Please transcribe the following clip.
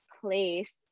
place